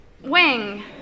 Wing